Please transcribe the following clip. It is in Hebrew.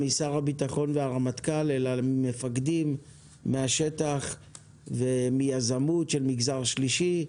משר הבטחון ומהרמטכ"ל אלא ממפקדים מהשטח ומיזמות של מגזר שלישי,